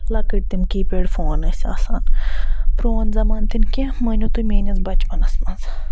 لَکٔٹۍ تِم کی پٮ۪ڈ فون ٲسۍ آسان پروٚن زَمانہٕ تہِ نہٕ کیٚنہہ مٲیو تُہۍ میٲنِس بَچپَنِس منٛز